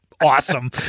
awesome